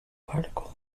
particle